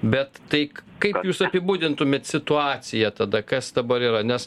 bet taip kaip jūs apibūdintumėt situaciją tada kas dabar yra nes